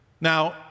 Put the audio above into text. Now